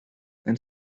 and